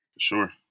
Sure